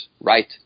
right